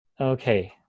Okay